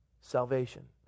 Salvation